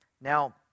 Now